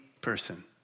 person